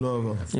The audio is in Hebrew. הצבעה אושר עבר.